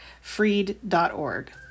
freed.org